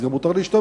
אז גם מותר להשתמש,